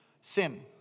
Sin